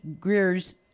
Greer's